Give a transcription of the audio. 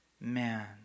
man